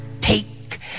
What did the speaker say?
take